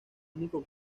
único